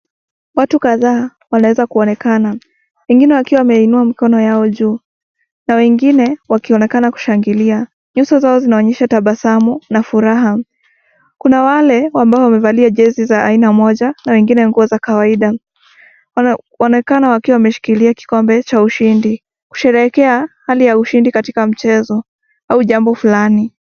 Watu kadhaa wanaweza kuonekana, wengine wakiwa wameinua mikono yake juu, na wengine wakionekana kushangilia, nyuso zao zinaonyesha tabasamu, na furaha, kuna wale ambao wamevalia jezi ya aina moja, na wengine nguo za kawaida, wanaonekana wakiwa wameshikilia kikombe cha ushindi, kusherehekea hali ya ushindi katika mchezo, au hali fulani.